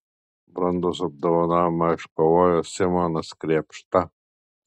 bronzos apdovanojimą iškovojo simonas krėpšta